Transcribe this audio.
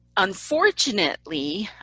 unfortunately,